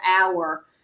hour